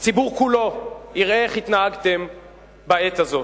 הציבור כולו, יראה איך התנהגתם בעת הזאת.